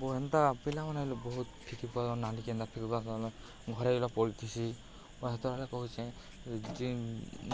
ବ ହେନ୍ତା ପିଲାମାନେ ହେଲେ ବହୁତ୍ ଫିକି ଫୁକା କରି ନାଲିକେ ଏନ୍ତା ଫିକ୍ବାକେ ଘରେ ଗଲା ପଡ଼ିଥିସି ହେତେବେଳେ କହୁଚେ ଯେ